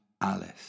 Alice